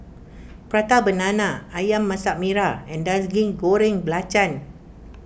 Prata Banana Ayam Masak Merah and Nasi Goreng Belacan